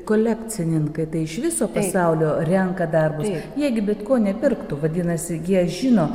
kolekcininkai iš viso pasaulio renka darbus jie gi bet ko nepirktų vadinasi jie žino